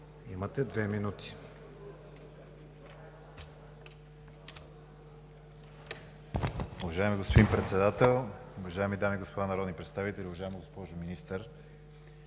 имате две минути.